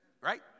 Right